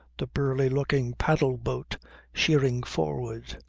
the burly-looking paddle-boat sheering forward,